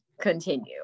continue